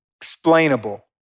explainable